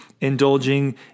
indulging